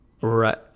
Right